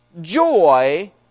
joy